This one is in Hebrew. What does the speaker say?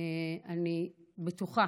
ואני בטוחה